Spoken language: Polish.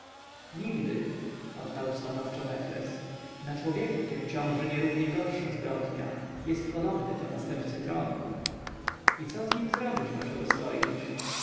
nigdy odparł stanowczo mefres na człowieku tym ciąży nierównie gorsza zbrodnia jest podobny do następcy tronu i co z nim zrobisz wasza dostojność